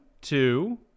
two